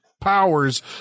powers